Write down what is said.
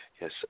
Yes